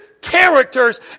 characters